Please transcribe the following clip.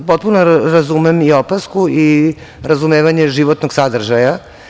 Potpuno razumem i opasku i razumevanje životnog sadržaja.